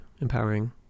empowering